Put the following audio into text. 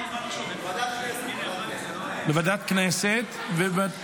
33 בעד, עשרה מתנגדים ואפס נמנעים.